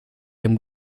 him